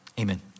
amen